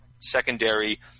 secondary